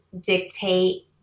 dictate